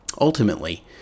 Ultimately